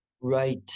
Right